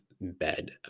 bed